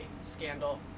Scandal